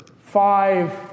five